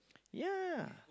ya